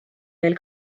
veel